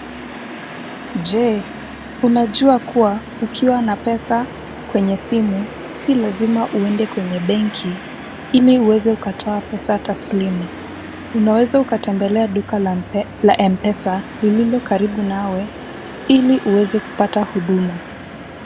Je unajua kuwa, ukiwa na pesa kwenye simu, si lazima uende kwenye benki ili uweze ukatoa pesa taslimu. Unaweza ukatembelea duka la la Mpesa lililo karibu nawe ili uweze kupata huduma.